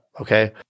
Okay